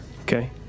Okay